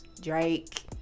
Drake